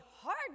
hard